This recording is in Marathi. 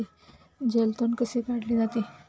जलतण कसे काढले जातात?